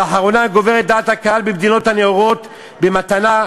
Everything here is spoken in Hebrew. לאחרונה גוברת דעת הקהל במדינות הנאורות במטרה